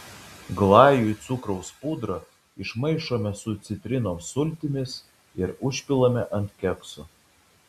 glajui cukraus pudrą išmaišome su citrinos sultimis ir užpilame ant kekso